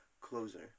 closer